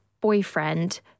boyfriend